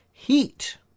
Heat